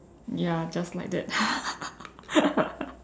ya just like that